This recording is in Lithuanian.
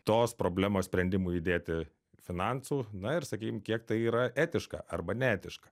tos problemos sprendimui įdėti finansų na ir sakykim kiek tai yra etiška arba neetiška